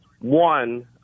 One